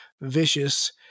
vicious